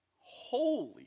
Holy